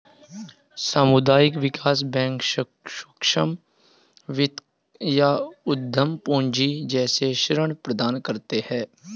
सामुदायिक विकास बैंक सूक्ष्म वित्त या उद्धम पूँजी जैसे ऋण प्रदान करते है